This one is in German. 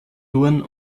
thurn